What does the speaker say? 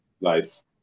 Nice